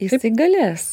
jisai galės